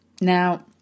Now